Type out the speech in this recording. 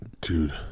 dude